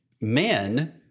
men